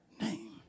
name